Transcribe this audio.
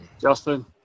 Justin